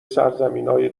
سرزمینای